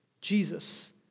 Jesus